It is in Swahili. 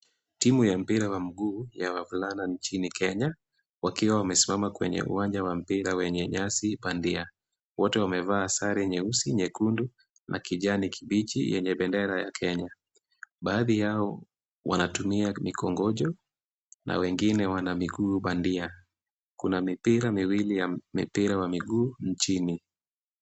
Timu ya mpira wa mguu ya wavulana nchini Kenya, wakiwa wamesimama kwenye uwanja wa mpira wenye nyasi bandia. Wote wamevaa sare nyeusi, nyekundu na kijani kibichi yenye bendera ya Kenya. Baadhi yao wanatumia mikongojo na wengine wana miguu bandia. Kuna mipira miwili ya mipira wa miguu nchini.